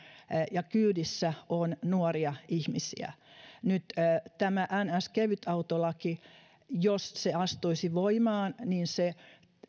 ja kyydissä on nuoria ihmisiä jos tämä niin sanottu kevytautolaki astuisi voimaan se